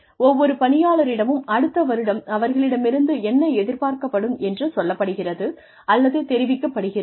ஒவ்வொரு பணியாளரிடமும் அடுத்த வருடம் அவர்களிடமிருந்து என்ன எதிர்பார்க்கப்படும் என்று சொல்லப்படுகிறது அல்லது தெரிவிக்கப்படுகிறது